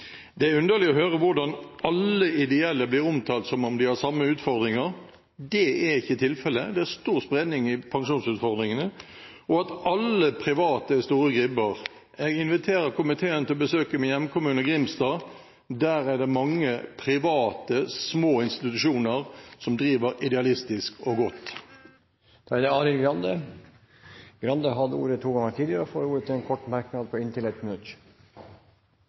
Det er underlig å høre hvordan alle ideelle blir omtalt som om de har samme utfordringer – det er ikke tilfellet, det er stor spredning i pensjonsutfordringene – og at alle private er store gribber. Jeg inviterer komiteen til å besøke min hjemkommune, Grimstad. Der er det mange private, små institusjoner som driver idealistisk og godt. Representanten Arild Grande har hatt ordet to ganger tidligere og får ordet til en kort merknad, begrenset til 1 minutt.